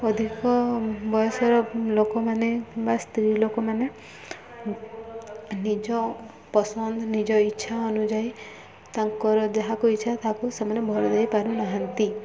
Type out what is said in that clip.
ଅଧିକ ବୟସର ଲୋକମାନେ ବା ସ୍ତ୍ରୀ ଲୋକମାନେ ନିଜ ପସନ୍ଦ ନିଜ ଇଚ୍ଛା ଅନୁଯାୟୀ ତାଙ୍କର ଯାହାକୁ ଇଚ୍ଛା ତାହାକୁ ସେମାନେ ଦେଇ ପାରୁନାହାନ୍ତି